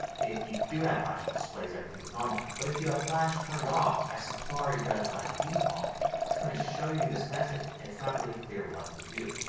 if you do have flash it displays everything as normal. but if you have flash turned off as safari does by default it's going to show you this message and it's not really clear what to do.